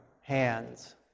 hands